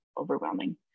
overwhelming